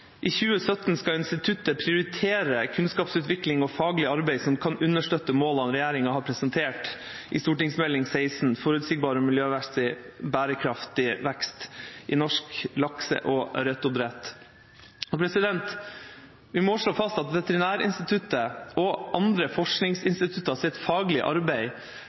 «I 2017 skal instituttet prioritere kunnskapsutvikling og faglig arbeid som kan understøtte målene regjeringen har presentert i Meld. St. 16 Forutsigbar og miljømessig bærekraftig vekst i norsk lakse- og ørretoppdrett.» Vi må slå fast at Veterinærinstituttets og andre forskningsinstitutters faglige arbeid